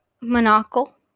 Monocle